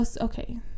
Okay